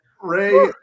Ray